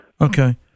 Okay